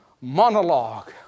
monologue